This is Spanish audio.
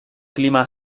clima